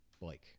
Blake